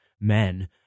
men